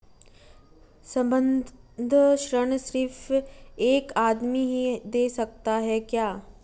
संबंद्ध ऋण सिर्फ एक आदमी ही दे सकता है क्या?